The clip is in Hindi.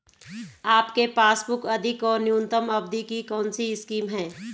आपके पासबुक अधिक और न्यूनतम अवधि की कौनसी स्कीम है?